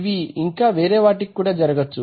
ఇవి ఇంకా వేరే వాటికి కూడా జరగచ్చు